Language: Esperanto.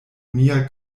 mia